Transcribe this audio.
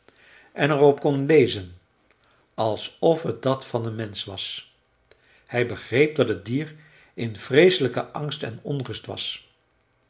en er op kon lezen alsof het dat van een mensch was hij begreep dat het dier in vreeselijken angst en onrust was